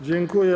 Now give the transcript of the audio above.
Dziękuję.